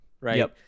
right